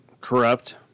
Corrupt